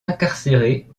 incarcérée